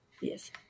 Yes